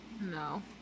No